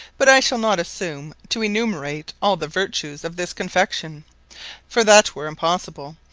but i shall not assume to enumerate all the vertues of this confection for that were impossible,